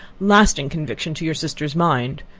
lasting conviction to your sister's mind.